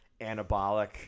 anabolic